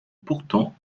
pourtant